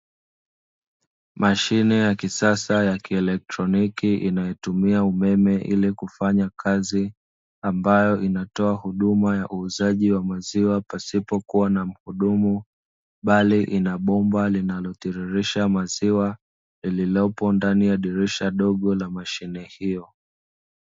Mashine ya kisasa ya kielectroniki inayotumia inayotumia umeme ili kufanya kazi ambayo inatoa huduma ya uuzaji wa maziwa pasipo kuwa na mhudumu bali inabomba linalotiririsha maziwa lililopo ndani ya dirisha dogo la mashine hiyo.